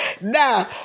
Now